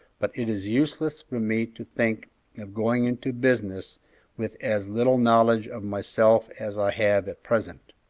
but it is useless for me to think of going into business with as little knowledge of myself as i have at present.